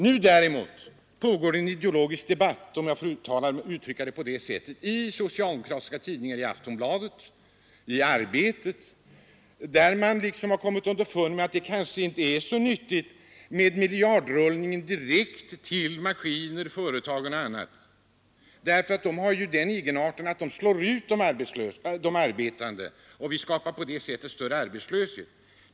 Men nu pågår det en ideologisk debatt, om jag får kalla det så, i socialdemokratiska tidningar, i t.ex. Aftonbladet och Arbetet. Man har kommit underfund med att det kanske inte är så nyttigt med miljardrullningen direkt till företagen för inköp av maskiner och annat — de har den egenarten att de slår ut de arbetande och man skapar på det sättet större arbetslöshet.